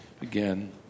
again